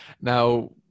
now